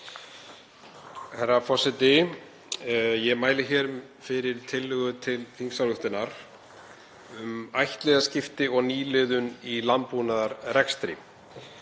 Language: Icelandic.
Herra forseti. Ég mæli hér fyrir tillögu til þingsályktunar um ættliðaskipti og nýliðun í landbúnaðarrekstri.